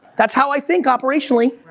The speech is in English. that's how i think operationally.